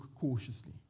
cautiously